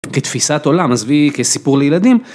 כתפיסת עולם, עזבי כסיפור לילדים.